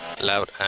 Loud